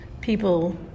people